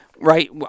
right